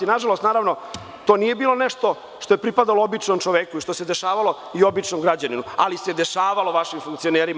Nažalost, to nije bilo nešto što je pripadalo običnom čoveku i što se dešavalo običnom građaninu, ali se dešavalo vašim funkcionerima.